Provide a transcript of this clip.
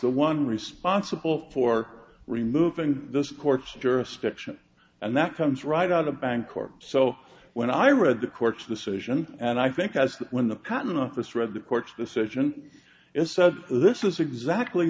the one responsible for removing this court's jurisdiction and that comes right out of bank court so when i read the court's decision and i think that's when the patent office read the court's decision it says this is exactly